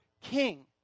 king